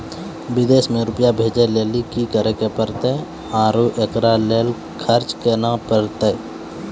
विदेश मे रुपिया भेजैय लेल कि करे परतै और एकरा लेल खर्च केना परतै?